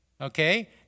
Okay